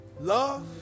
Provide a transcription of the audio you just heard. Love